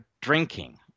drinking